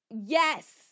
Yes